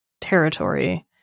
territory